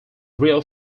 real